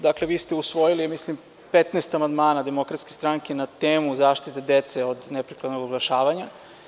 Dakle, vi ste usvojili, ja mislim, 15 amandmana DS na temu zaštite dece od neprikladnog oglašavanja.